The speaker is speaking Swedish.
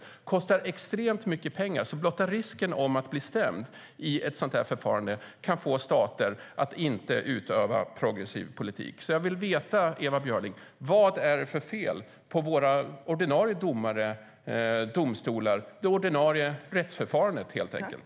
Det kostar extremt mycket pengar, så blotta risken att bli stämd i ett sådant här förfarande kan få stater att inte utöva progressiv politik. Jag vill veta, Ewa Björling: Vad är det för fel på våra ordinarie domare och domstolar, det ordinarie rättsförfarandet helt enkelt?